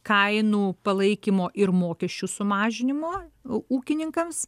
kainų palaikymo ir mokesčių sumažinimo ūkininkams